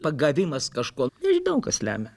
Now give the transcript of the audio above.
pagavimas kažko nežinau kas lemia